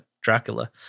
Dracula